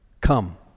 Come